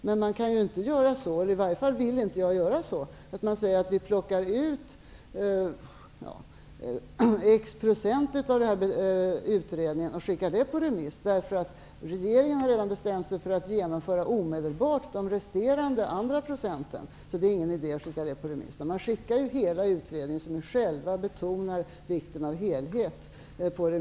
Men man kan inte, i varje fall vill inte jag plocka ut x procent av utredningen och skicka den på remiss, därför att regeringen redan har bestämt sig för att omedelbart genomföra de resterande procenten och det därför inte skulle vara någon idé att skicka dem på remiss. Man skickar hela utredningen på remiss, eftersom vi själva betonar vikten av helhet.